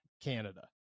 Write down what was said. Canada